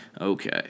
Okay